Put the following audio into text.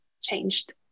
changed